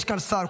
יש כאן שר,